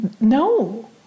no